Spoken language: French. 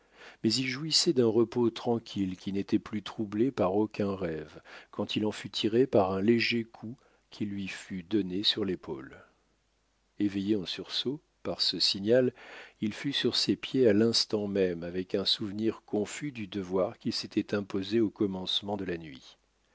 mais il jouissait d'un repos tranquille qui n'était plus troublé par aucun rêve quand il en fut tiré par un léger coup qui lui fut donné sur l'épaule éveillé en sursaut par ce signal il fut sur ses pieds à l'instant même avec un souvenir confus du devoir qu'il s'était imposé au commencement de la nuit